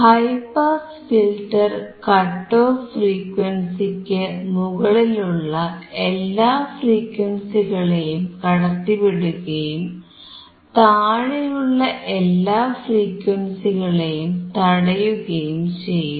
high pass filter cut off ഫ്രീക്വൻസിക്കു മുകളിലുള്ള എല്ലാ ഫ്രീക്വൻസികളെയും കടത്തിവിടുകയും താഴെയുള്ള എല്ലാ ഫ്രീക്വൻസികളെയും തടയുകയും ചെയ്യും